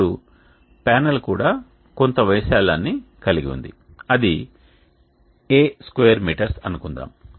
ఇప్పుడు ప్యానెల్ కూడా కొంత వైశాల్యాన్ని కలిగి ఉంది అది A స్క్వేర్ మీటర్స్ అనుకుందాం